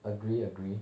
agree agree